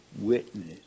witness